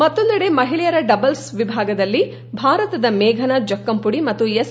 ಮತ್ತೊಂದೆಡೆ ಮಹಿಳೆಯರ ಡಬಲ್ಲ್ ವಿಭಾಗದಲ್ಲಿ ಭಾರತದ ಮೇಘನಾ ಜಕ್ಕಂಪುಡಿ ಮತ್ತು ಎಸ್